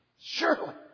Surely